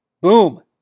Boom